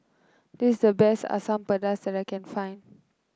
this is the best Asam Pedas that I can find